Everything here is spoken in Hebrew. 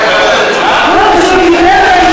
אדוני חבר הכנסת גפני.